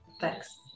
thanks